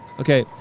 ok.